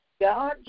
God